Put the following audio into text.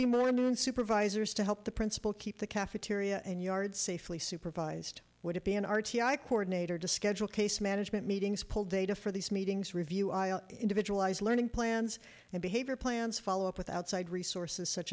more supervisors to help the principal keep the cafeteria and yard safely supervised would it be an r t i coordinator to schedule case management meetings pull data for these meetings review individualized learning plans and behavior plans follow up with outside resources such